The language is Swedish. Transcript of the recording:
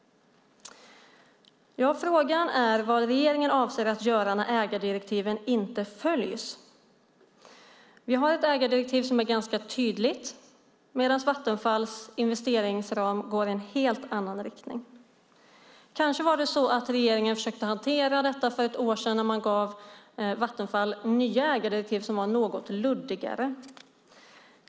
Frågan är vad regeringen avser att göra när ägardirektiven inte följs. Vi har ett ägardirektiv som är ganska tydligt, medan Vattenfalls investeringsram går i en helt annan riktning. Kanske var det så att regeringen försökte hantera detta för ett år sedan när man gav Vattenfall nya ägardirektiv som var något luddigare.